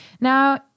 Now